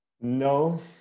no